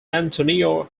antonio